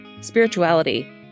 spirituality